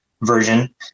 version